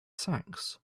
sacks